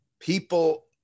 people